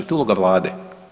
To je uloga Vlade.